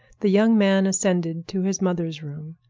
the young man ascended to his mother's room.